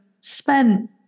spent